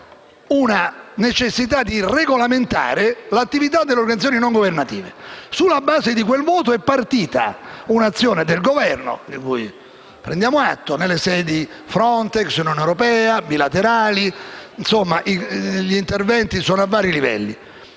la necessità di regolamentare l'attività delle organizzazioni non governative. Sulla base di quel voto, è partita un'azione del Governo, di cui prendiamo atto, nelle sedi Frontex, Unione europea e bilaterali (gli interventi sono a vari livelli).